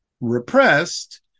repressed